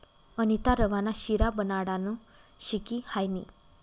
अनीता रवा ना शिरा बनाडानं शिकी हायनी